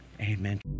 amen